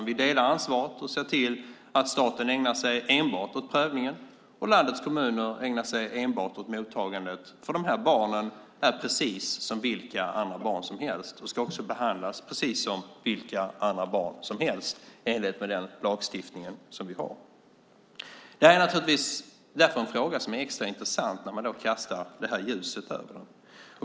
Vi delar ansvaret och ser till att staten ägnar sig enbart åt prövningen, och landets kommuner ägnar sig enbart åt mottagandet, för de här barnen är precis som vilka andra barn som helst och ska också behandlas precis som vilka andra barn som helst i enlighet med den lagstiftning vi har. Det här är därför en fråga som är extra intressant när man kastar det här ljuset över den.